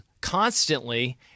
constantly